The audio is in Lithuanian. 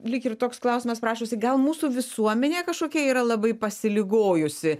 lyg ir toks klausimas prašosi gal mūsų visuomenė kažkokia yra labai pasiligojusi